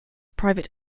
private